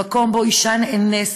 במקום שבו אישה נאנסת,